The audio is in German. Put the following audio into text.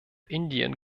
indien